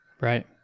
Right